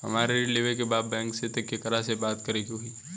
हमरा ऋण लेवे के बा बैंक में केकरा से बात करे के होई?